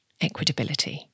equitability